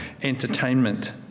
entertainment